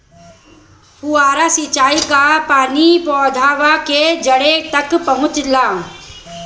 फुहारा सिंचाई का पानी पौधवा के जड़े तक पहुचे ला?